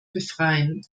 befreien